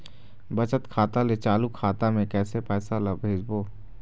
बचत खाता ले चालू खाता मे कैसे पैसा ला भेजबो?